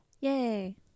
Yay